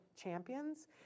Champions